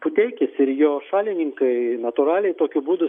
puteikis ir jo šalininkai natūraliai tokiu būdu